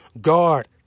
guard